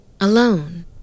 Alone